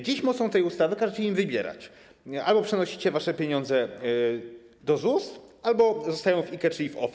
Dziś mocą tej ustawy każecie im wybierać: albo przenosicie wasze pieniądze do ZUS, albo zostają one w IKE, czyli w OFE.